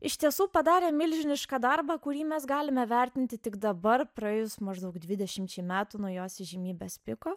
iš tiesų padarė milžinišką darbą kurį mes galime vertinti tik dabar praėjus maždaug dvidešimčiai metų nuo jos įžymybės piko